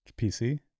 PC